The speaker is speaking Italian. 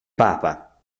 papa